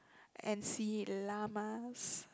and see llamas